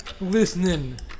listening